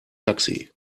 taxi